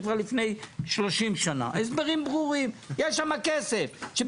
שנמצאים בקרנות במשרד הזה שלמשרד האוצר יש שם רוב.